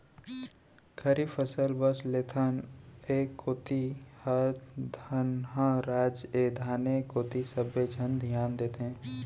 खरीफ फसल बस लेथन, ए कोती ह धनहा राज ए धाने कोती सबे झन धियान देथे